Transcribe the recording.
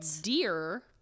deer